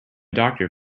doctor